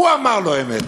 אמר לא-אמת.